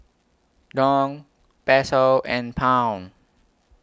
Dong Peso and Pound